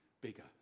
bigger